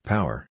Power